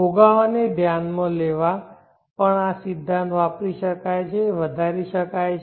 ફુગાવાને ધ્યાનમાં લેવા પણ આ સિદ્ધાંત વધારી શકાય છે